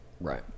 Right